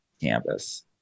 canvas